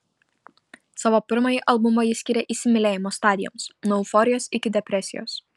savo pirmąjį albumą ji skyrė įsimylėjimo stadijoms nuo euforijos iki depresijos